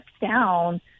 down